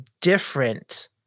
different